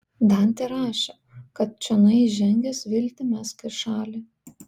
dantė rašė kad čionai įžengęs viltį mesk į šalį